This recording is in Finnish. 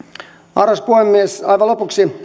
arvoisa puhemies aivan lopuksi